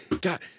God